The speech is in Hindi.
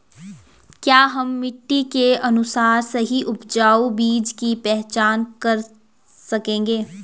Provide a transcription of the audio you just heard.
क्या हम मिट्टी के अनुसार सही उपजाऊ बीज की पहचान कर सकेंगे?